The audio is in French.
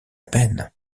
peine